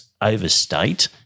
overstate